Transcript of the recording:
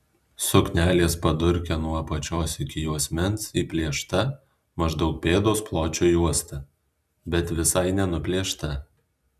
suknelės padurke nuo apačios iki juosmens įplėšta maždaug pėdos pločio juosta bet visai nenuplėšta